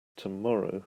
tomorrow